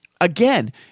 again